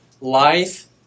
life